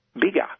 bigger